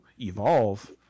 evolve